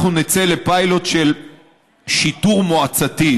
אנחנו נצא לפיילוט של שיטור מועצתי.